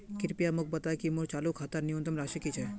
कृपया मोक बता कि मोर चालू खातार न्यूनतम राशि की छे